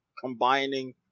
combining